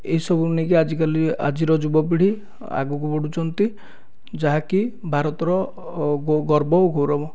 ଏସବୁ ନେଇକି ଆଜିକାଲି ଆଜିର ଯୁବପିଢ଼ି ଆଗକୁ ବଢ଼ୁଛନ୍ତି ଯାହାକି ଭାରତର ଗର୍ବ ଆଉ ଗୌରବ